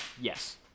yes